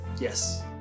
Yes